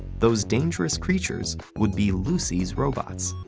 those dangerous creatures would be lucy's robots.